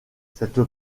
cette